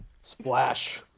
Splash